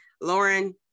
lauren